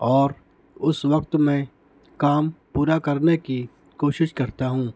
اور اس وقت میں کام پورا کرنے کی کوشش کرتا ہوں